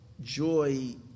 Joy